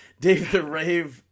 DaveTheRave